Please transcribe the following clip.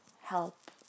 help